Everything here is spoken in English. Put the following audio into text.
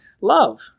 Love